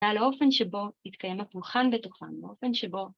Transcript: ועל האופן שבו התקיים הפולחן בתוכן, האופן שבו